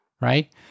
Right